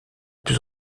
plus